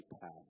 path